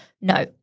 No